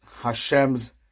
Hashem's